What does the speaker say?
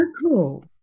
cool